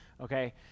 okay